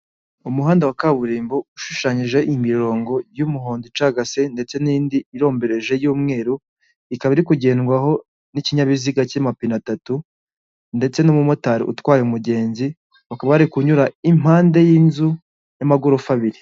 Umuhanda wa kaburimbo ushushanyije imirongo y'umuhondo icagase ndetse n'indi irombereje y'umweru, ikaba iri kugendwaho n'ikinyabiziga cy'amapine atatu ndetse n'umumotari utwaye umugenzi, bakaba bari kunyura impande y'inzu y'amagorofa abiri.